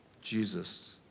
Jesus